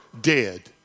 dead